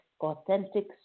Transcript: authentic